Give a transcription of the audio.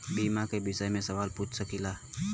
बीमा के विषय मे सवाल पूछ सकीलाजा?